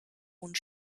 und